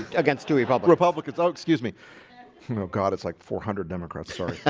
against dewey about but republicans. i'll excuse me, you know god, it's like four hundred democrats. sorry oh